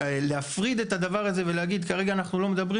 להפריד את הדבר הזה ולהגיד שכרגע אנחנו לא מדברים